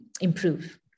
improve